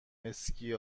اسکی